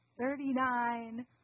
thirty-nine